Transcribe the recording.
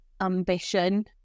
Ambition